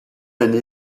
année